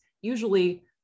usually